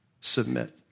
submit